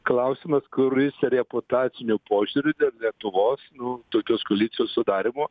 klausimas kuris reputaciniu požiūriu dėl lietuvos nu tokios koalicijos sudarymo